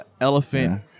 Elephant